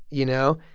you know?